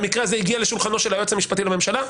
והמקרה הזה הגיע לשולחנו של היועץ המשפטי לממשלה,